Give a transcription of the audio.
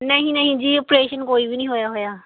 ਨਹੀਂ ਨਹੀਂ ਜੀ ਓਪਰੇਸ਼ਨ ਕੋਈ ਵੀ ਨਹੀਂ ਹੋਇਆ ਹੋਇਆ